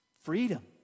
freedom